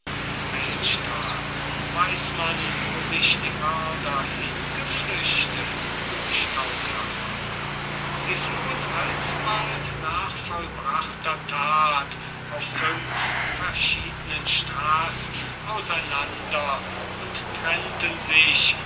weiß man wo sich die mörder hingeflüchtet stauffacher sie flohen alsbald nach vollbrachter tat auf fünf verschiednen straßen auseinander und trennten sich